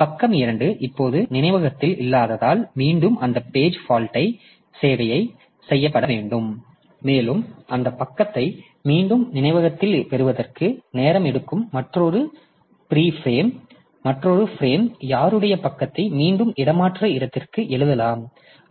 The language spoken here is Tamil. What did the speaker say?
பக்கம் 2 இப்போது நினைவகத்தில் இல்லாததால்மீண்டும் அந்த பேஜ் பால்ட் சேவை செய்யப்பட வேண்டும் மேலும் அந்தப் பக்கத்தை மீண்டும் நினைவகத்தில் பெறுவதற்கு நேரம் எடுக்கும் மற்றொரு பிரீ பிரேம் மற்றொரு ஃபிரேம் யாருடைய பக்கத்தை மீண்டும் இடமாற்று இடத்திற்கு எழுதலாம்